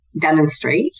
demonstrate